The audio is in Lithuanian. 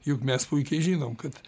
juk mes puikiai žinom kad